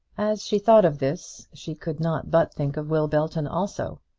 as she thought of this, she could not but think of will belton also.